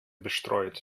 bestreut